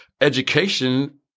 education